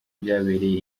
byabereye